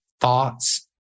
thoughts